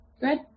Good